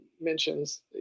mentions